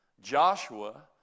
Joshua